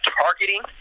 targeting